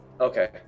Okay